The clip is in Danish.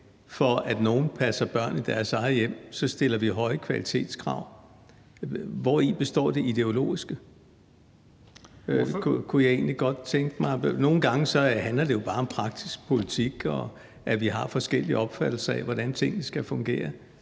for, at nogle passer børn i deres eget hjem, så stiller høje kvalitetskrav. Hvori består det ideologiske? Det kunne jeg egentlig godt tænke mig at høre. Nogle gange handler det jo bare om praktisk politik, og at vi har forskellige opfattelser af, hvordan tingene skal fungere.